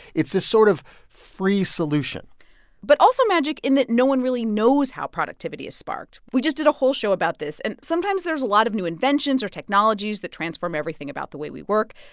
it's this sort of free solution but also magic in that no one really knows how productivity is sparked. we just did a whole show about this and sometimes there's a lot of new inventions or technologies that transform everything about the way we work.